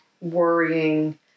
worrying